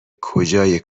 کجای